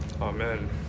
Amen